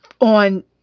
on